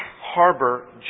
harbor